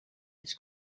his